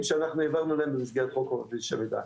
שאנחנו העברנו להם במסגרת חוק חופש המידע,